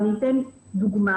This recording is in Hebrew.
אני אתן דוגמה,